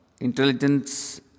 intelligence